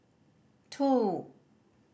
two